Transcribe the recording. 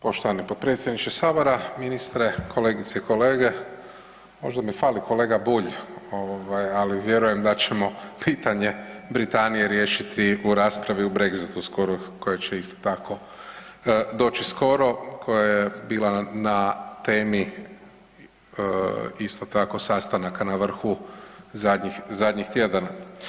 Poštovani potpredsjedniče sabora, ministre, kolegice i kolege možda mi fali kolega Bulj ovaj, ali vjerujem da ćemo pitanje Britanije riješiti u raspravi u Brexitu skoro koja će isto tako doći skoro koja je bila na temi isto tako sastanaka na vrhu zadnjih, zadnjih tjedana.